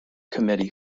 committee